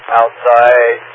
outside